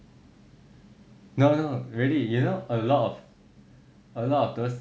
no no no really you know a lot of a lot of girls